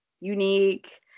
Unique